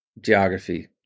geography